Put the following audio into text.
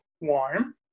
warm